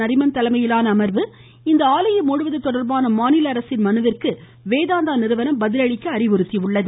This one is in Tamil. நரிமன் தலைமையிலான அமர்வு இந்த ஆலையை முடுவது தொடர்பான மாநில அரசின் மனுவிந்கு வேதாந்தா நிறுவனம் பதில் அளிக்க அறிவுறுத்தியுள்ளது